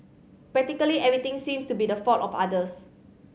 practically everything seems to be the fault of others